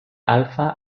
alpha